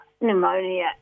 pneumonia